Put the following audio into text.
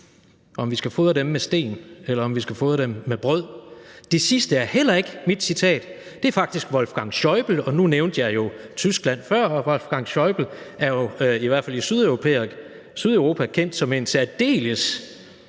af gældsfælden, med sten, eller om vi skal fodre dem med brød. Det sidste er heller ikke mit citat, for det er faktisk Wolfgang Schäubles. Nu nævnte jeg jo Tyskland før, og Wolfgang Schäuble er i hvert fald i Sydeuropa kendt som en særdeles